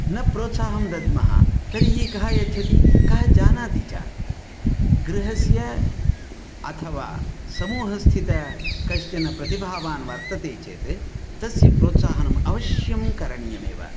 न प्रोत्साहं दद्मः तर्हि कः यच्छति कः जानाति च गृहस्य अथवा समूहस्थित कश्चन प्रतिभावान् वर्तते चेत् तस्य प्रोत्साहनम् अवश्यं करणीयमेव